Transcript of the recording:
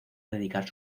dedicar